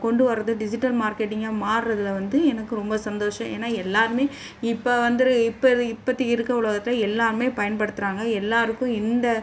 கொண்டு வரது டிஜிட்டல் மார்க்கெட்டிங்காக மாறுறதுல வந்து எனக்கு ரொம்ப சந்தோஷம் ஏன்னா எல்லாருமே இப்போ வந்துரு இப்போ இப்பத்திக்கு இருக்க உலகத்தில் எல்லாமே பயன்படுத்துறாங்க எல்லாருக்கும் இந்த